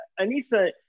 Anissa